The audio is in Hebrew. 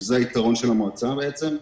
שזה היתרון של המועצה בעצם,